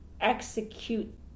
execute